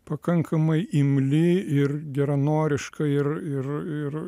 pakankamai imli ir geranoriška ir ir